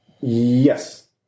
Yes